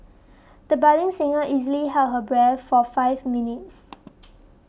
the budding singer easily held her breath for five minutes